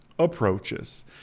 approaches